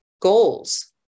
goals